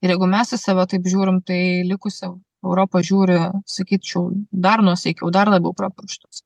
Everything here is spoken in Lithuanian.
ir jeigu mes į save taip žiūrim tai likusi europa žiūri sakyčiau dar nuosaikiau dar labiau pro pirštus